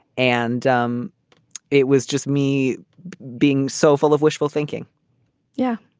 and um it was just me being so full of wishful thinking yeah,